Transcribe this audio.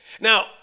Now